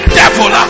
devil